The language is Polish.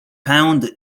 pęd